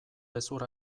hezur